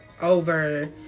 over